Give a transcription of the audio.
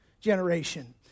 generation